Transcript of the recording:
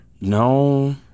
No